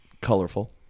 Colorful